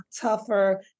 tougher